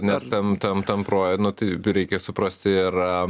nes tam tam tam proje nu tai reikia suprasti ir